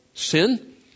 sin